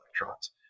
electrons